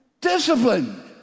Discipline